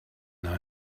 know